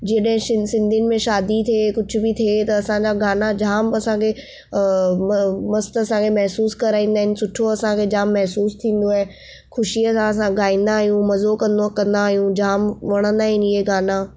जॾहि सिं सिंधियुनि में शादी थिए कुझु बि थिए त असांजा गाना जाम असांखे म मस्तु असांखे महिसूस कराईंदा आहिनि सुठो असांखे जाम महिसूस थींदो आहे ख़ुशीअ सां असां गाईंदा आहियूं मज़ो कंदो कंदा आहियूं जाम वणंदा आहिनि इहे गाना